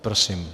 Prosím.